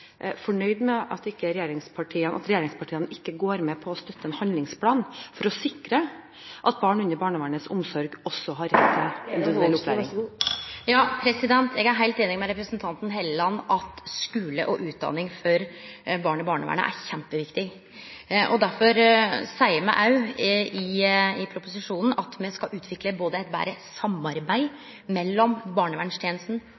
fornøyd med at regjeringspartiene ikke går med på å støtte en handlingsplan for å sikre at barn under barnevernets omsorg også har rett til tilrettelagt opplæring? Eg er heilt einig med representanten Hofstad Helleland i at skule og utdanning for barn i barnevernet er kjempeviktig. Derfor seier ein òg i proposisjonen at ein skal utvikle